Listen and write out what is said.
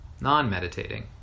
non-meditating